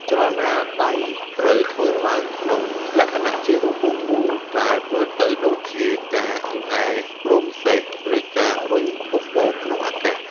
ចលនាដៃត្រូវធ្វើឡើងក្នុងលក្ខណៈជារង្វង់មូល ដែលមើលទៅដូចជាការ អង្អែលរោមសេះ ឬ ការរុញពពក ក្នុងអាកាស។